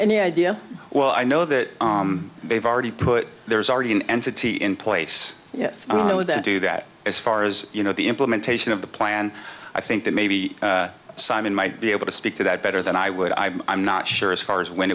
the idea well i know that they've already put there's already an entity in place yes i wouldn't do that as far as you know the implementation of the plan i think that maybe simon might be able to speak to that better than i would i'm i'm not sure as far as when